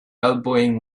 elbowing